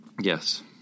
Yes